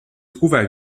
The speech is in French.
trouvent